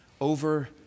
over